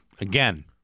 again